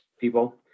people